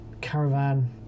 caravan